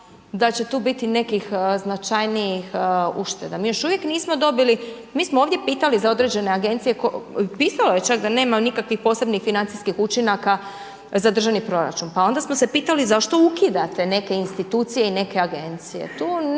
da će tu biti nekih značajnijih ušteda. Mi još uvijek nismo dobili, mi smo ovdje pitali za određene agencije, pisalo je čak da nema nikakvih financijskih učinaka, za državni proračun, pa onda smo se pitali zašto ukidate neke institucije i neke agencije.